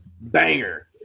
Banger